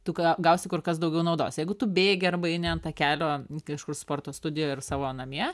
tu ga gausi kur kas daugiau naudos jeigu tu bėgi arba eini ant takelio kažkur sporto studijoj ar savo namie